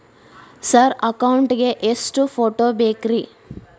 Sir account ಗೇ ಎಷ್ಟು photo ಬೇಕ್ರಿ?